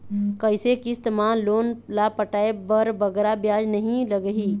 कइसे किस्त मा लोन ला पटाए बर बगरा ब्याज नहीं लगही?